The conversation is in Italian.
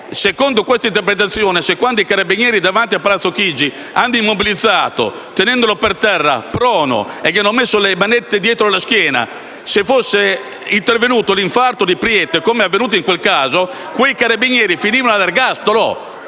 Secondo questa interpretazione, quando i carabinieri davanti a Palazzo Chigi lo hanno immobilizzato, tenendolo per terra prono e gli hanno messo le manette dietro la schiena, se fosse intervenuto l'infarto di Preiti, come in quel caso, quei Carabinieri, se si